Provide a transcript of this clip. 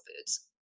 foods